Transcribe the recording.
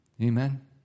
Amen